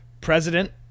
President